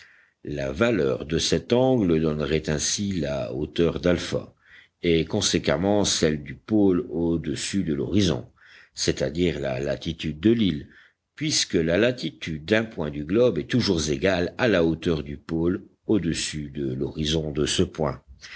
la valeur de cet angle donnerait ainsi la hauteur d'alpha et conséquemment celle du pôle au-dessus de l'horizon c'est-à-dire la latitude de l'île puisque la latitude d'un point du globe est toujours égale à la hauteur du pôle au-dessus de l'horizon de ce point